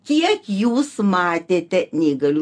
kiek jūs matėte neįgalių